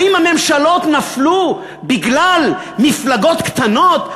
האם הממשלות נפלו בגלל מפלגות קטנות?